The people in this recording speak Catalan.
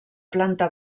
planta